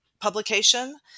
publication